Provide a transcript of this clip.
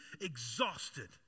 exhausted